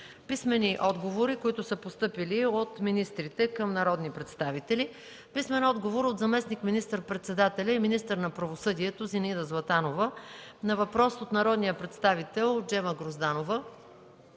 Писмени отговори, които са постъпили от министрите за народни представители: - от заместник министър-председателя и министър на правосъдието Зинаида Златанова на въпрос от народния представител Джема Грозданова;